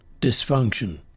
dysfunction